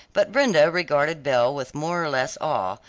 but brenda regarded belle with more or less awe,